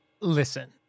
Listen